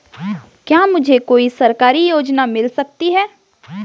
क्या मुझे कोई सरकारी योजना मिल सकती है?